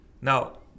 Now